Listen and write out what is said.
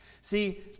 See